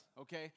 okay